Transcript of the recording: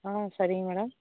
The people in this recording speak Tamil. ஆ சரிங்க மேடம்